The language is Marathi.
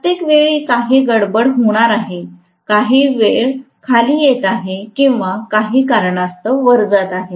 प्रत्येक वेळी काही गडबड होणार आहे काही वेग खाली येत आहे किंवा काही कारणास्तव वर जात आहे